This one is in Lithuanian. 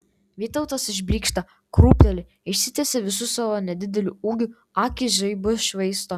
vytautas išblykšta krūpteli išsitiesia visu savo nedideliu ūgiu akys žaibus švaisto